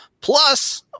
Plus